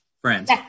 friends